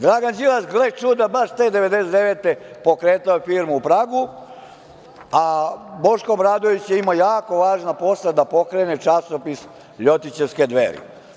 Dragan Đilas, gle čuda baš te 1999. godine, pokretao je firmu u Pragu, a Boško Obradović je imao jako važna posla da pokrene časopis ljotićevske Dveri.